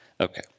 Okay